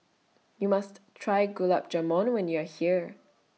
YOU must Try Gulab Jamun when YOU Are here